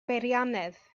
beiriannydd